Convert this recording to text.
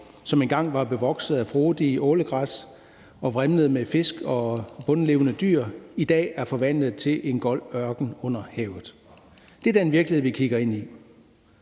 som engang var bevokset med frodigt ålegræs og vrimlede med fisk og bundlevende dyr, i dag er forvandlet til en gold ørken under overfladen. Det er den virkelighed, vi kigger ind i.